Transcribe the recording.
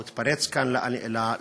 הוא התפרץ כאן לבמה,